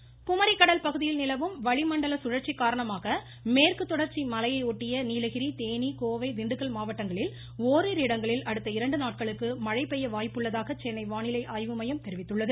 வானிலை குமரிக்கடல் பகுதியில் நிலவும் வளிமண்டல சுழற்சி காரணமாக மேற்கு தொடர்ச்சி மலையை ஒட்டிய நீலகிரி தேனி கோவை திண்டுக்கல் மாவட்டங்களில் ஓரிரு இடங்களில் அடுத்த இரண்டு நாட்களுக்கு மழை பெய்ய வாய்ப்புள்ளதாக சென்னை வானிலை ஆய்வு மையம் தெரிவித்துள்ளது